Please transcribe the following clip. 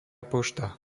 pošta